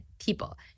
people